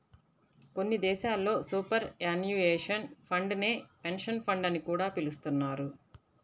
కొన్ని దేశాల్లో superannuation fund నే పెన్షన్ ఫండ్ అని కూడా పిలుస్తున్నారు